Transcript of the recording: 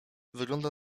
wygląda